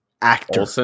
actor